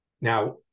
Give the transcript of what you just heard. Now